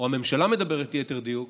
או הממשלה מדברת, ליתר דיוק,